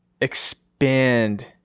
expand